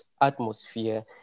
atmosphere